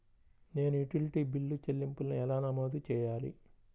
నేను utility bill చెల్లింపులను ఎలా నమోదు చేయాలి?